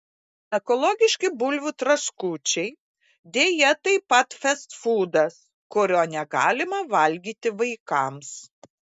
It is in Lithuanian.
ekologiški bulvių traškučiai deja taip pat festfūdas kurio negalima valgyti vaikams